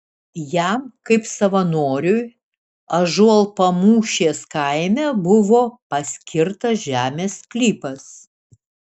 jam kaip savanoriui ąžuolpamūšės kaime buvo paskirtas žemės sklypas